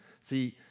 See